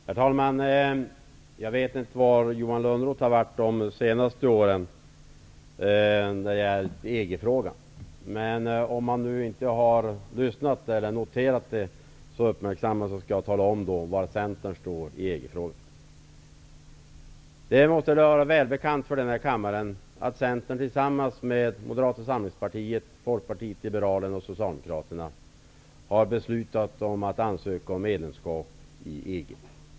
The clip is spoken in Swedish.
Herr talman! Jag vet inte var Johan Lönnroth har varit de senaste åren, när vi diskuterat EG-frågan. Det verkar som om Johan Lönnroth inte lyssnat eller noterat var Centern står i EG-frågan, därför skall jag nu tala om det. Det måste vara välbekant för denna kammare att Socialdemokraterna har beslutat om att ansöka om medlemskap i EG.